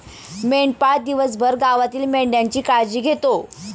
मेंढपाळ दिवसभर गावातील मेंढ्यांची काळजी घेतो